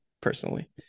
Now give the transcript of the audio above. personally